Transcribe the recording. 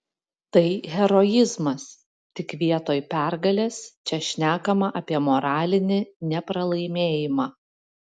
tai heroizmas tik vietoj pergalės čia šnekama apie moralinį nepralaimėjimą